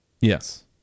Yes